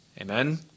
Amen